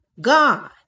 God